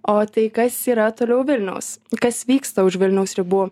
o tai kas yra toliau vilniaus kas vyksta už vilniaus ribų